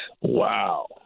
Wow